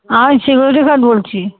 আমি security guard বলছি